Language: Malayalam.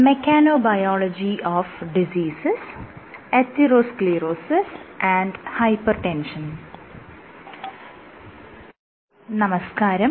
mechanobiology of diseases atherosclerosis hypertension നമസ്കാരം